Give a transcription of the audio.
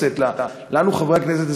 חברי הכנסת,